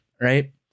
Right